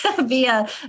via